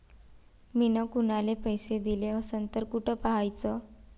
मिन कुनाले पैसे दिले असन तर कुठ पाहाचं?